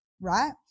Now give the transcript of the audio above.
right